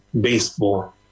Baseball